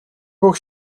бүх